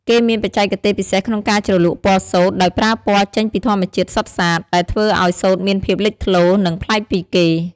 គេមានបច្ចេកទេសពិសេសក្នុងការជ្រលក់ពណ៌សូត្រ ដោយប្រើពណ៌ចេញពីធម្មជាតិសុទ្ធសាធ ដែលធ្វើឱ្យសូត្រមានភាពលេចធ្លោ និងប្លែកពីគេ។